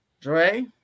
Dre